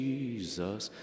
Jesus